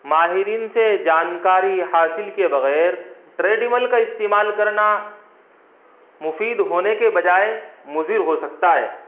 ماہرین سے جانکاری حاصل کے بغیر ٹریڈمل کا استعمال کرنا مفید ہونے کے بجائے مضر ہو سکتا ہے